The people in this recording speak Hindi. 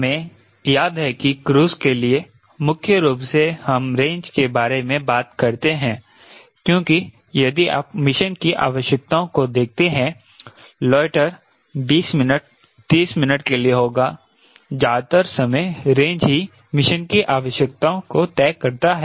हमें याद है कि क्रूज़ के लिए मुख्य रूप से हम रेंज के बारे में बात करते हैं क्योंकि यदि आप मिशन की आवश्यकताओं को देखते हैं लोएटर 20 मिनट 30 मिनट के लिए होगा ज्यादातर समय रेंज ही मिशन की आवश्यकताओं को तय करता है